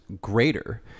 greater